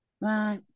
Right